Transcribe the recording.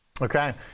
Okay